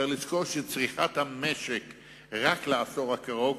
צריך לזכור שצריכת המשק רק לעשור הקרוב,